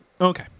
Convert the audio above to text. Okay